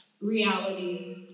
reality